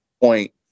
point